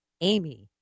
Amy